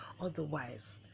otherwise